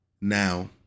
Now